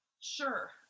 Sure